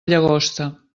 llagosta